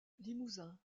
limousin